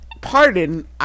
Pardon